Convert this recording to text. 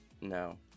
no